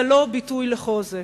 זה לא ביטוי לחוזק.